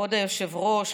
כבוד היושב-ראש,